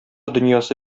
дөньясы